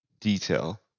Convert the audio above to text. detail